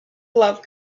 love